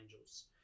angels